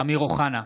אמיר אוחנה,